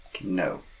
No